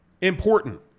important